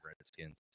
Redskins